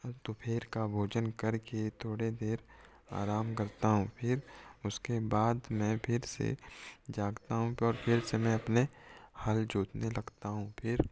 दोपहर का भोजन करके थोड़े देर आराम करता हूँ फिर उसके बाद मैं फिर से जागता हूँ पर फिर से मैं अपने हल जोतने लगता हूँ फिर